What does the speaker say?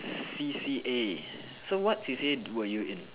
C_C_A so what C_C_A were you in